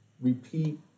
repeat